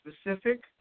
specific